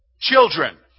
children